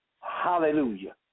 Hallelujah